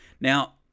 Now